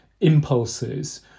impulses